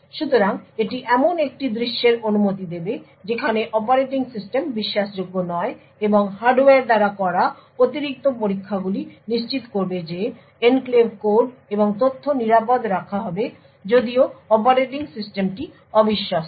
সুতরাং এটি এমন একটি দৃশ্যের অনুমতি দেবে যেখানে অপারেটিং সিস্টেম বিশ্বাসযোগ্য নয় এবং হার্ডওয়্যার দ্বারা করা অতিরিক্ত পরীক্ষাগুলি নিশ্চিত করবে যে এনক্লেভ কোড এবং তথ্য নিরাপদ রাখা হবে যদিও অপারেটিং সিস্টেমটি অবিশ্বস্ত